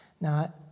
Now